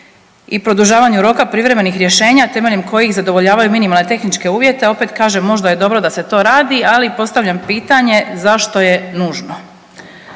i produžavanju roka privremenih rješenja, temeljem kojih zadovoljavaju minimalne tehničke uvjete, opet kažem, možda je dobro da se to radi, ali postavljam pitanje zašto je nužno?